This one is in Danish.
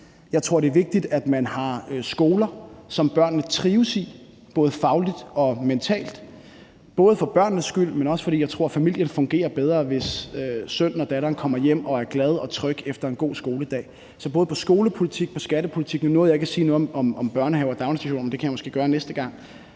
Jeg tror, det er vigtigt, at man har skoler, som børnene trives i både fagligt og mentalt, både for børnenes skyld, men også fordi jeg tror, at familien fungerer bedre, hvis sønnen eller datteren kommer hjem og er glad og tryg efter en god skoledag. Så både på skolepolitik- og skattepolitikområdet – nu nåede jeg ikke at sige noget om børnehaver og daginstitutioner, men det kan jeg måske gøre næste gang